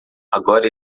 agora